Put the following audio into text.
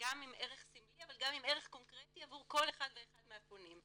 גם עם ערך סמלי אבל גם עם ערך קונקרטי עבור כל אחד ואחד מהפונים.